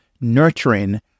nurturing